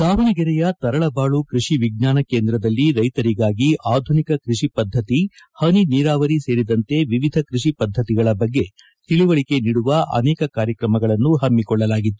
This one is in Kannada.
ದಾವಣಗೆರೆಯ ತರಳಬಾಳು ಕೃಷಿ ವಿಜ್ಞಾನ ಕೇಂದ್ರದಲ್ಲಿ ರೈತರಿಗಾಗಿ ಆಧುನಿಕ ಕೃಷಿ ಪದ್ಧತಿ ಹನಿ ನೀರಾವರಿ ಸೇರಿದಂತೆ ವಿವಿಧ ಕೃಷಿ ಪದ್ಧತಿಗಳ ಬಗ್ಗೆ ತಿಳಿವಳಿಕೆ ನೀಡುವ ಅನೇಕ ಕಾರ್ಯಕ್ರಮಗಳನ್ನು ಹಮ್ಮಿಕೊಳ್ಳಲಾಗಿತ್ತು